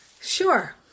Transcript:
Sure